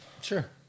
Sure